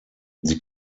sie